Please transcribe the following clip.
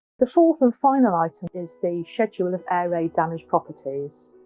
the fourth and final item is the schedule of air raid damaged properties.